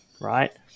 right